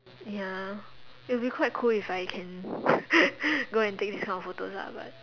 ya it'd be quite cool if I can go and take this kind of photos lah but